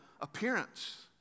appearance